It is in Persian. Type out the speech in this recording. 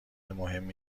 مهمی